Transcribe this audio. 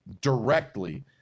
directly